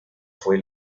fue